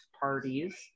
parties